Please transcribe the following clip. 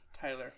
Tyler